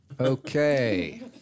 Okay